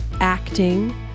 acting